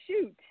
Shoot